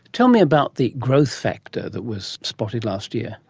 tell me about the growth factor that was spotted last year.